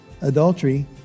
adultery